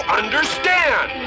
understand